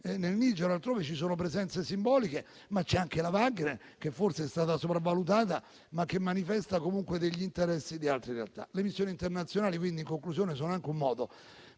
altrove ci sono presenze simboliche, ma c'è anche la Wagner, che forse è stata sopravvalutata, ma che manifesta comunque degli interessi verso altre realtà. Le missioni internazionali, in conclusione, sono anche un modo